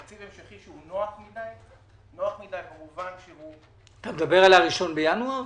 תקציב המשכי שהוא נוח מדי במובן זה שהוא --- אתה מדבר על ה-1 בינואר?